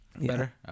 Better